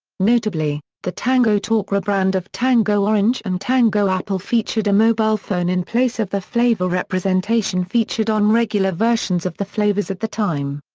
notably, the tango talk rebrand of tango orange and tango apple featured a mobile phone in place of the flavour representation featured on regular versions of the flavours at the time.